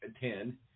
Ten